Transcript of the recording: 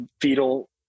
fetal